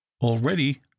already